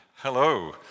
Hello